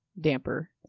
damper